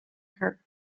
her